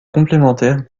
complémentaire